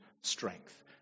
strength